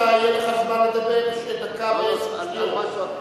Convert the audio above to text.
יהיה לך זמן לדבר, דקה ועשר שניות.